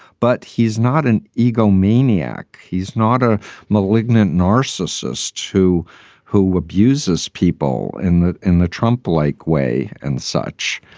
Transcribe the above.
but he's not an egomaniac. he's not a malignant narcissist who who abuses people in the in the trump like way and such.